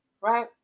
right